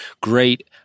Great